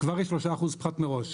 כבר יש שלושה אחוז פחת מראש,